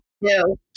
No